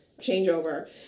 changeover